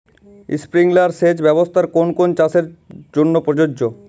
Sprinkler সেচ ব্যবস্থার কোন কোন চাষের জন্য প্রযোজ্য?